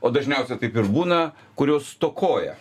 o dažniausia taip ir būna kurios stokoja